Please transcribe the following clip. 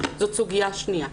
זו סוגיה שנייה.